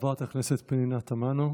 חברת הכנסת פנינה תמנו.